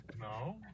No